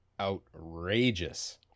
outrageous